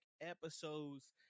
episodes